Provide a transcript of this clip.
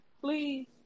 Please